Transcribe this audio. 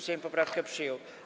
Sejm poprawkę przyjął.